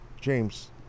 James